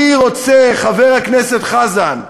אני רוצה, חבר הכנסת חזן,